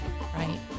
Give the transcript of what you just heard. right